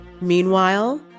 Meanwhile